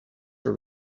for